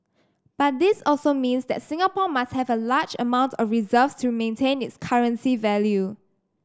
but this also means that Singapore must have a large amount of reserves to maintain its currency value